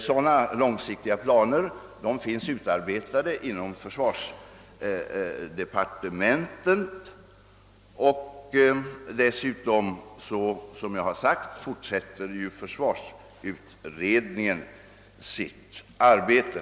Sådana långsiktiga planer finns utarbetade inom försvarsdepartementet, och dessutom fortsätter, som jag sagt, försvarsutredningen sitt arbete.